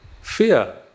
Fear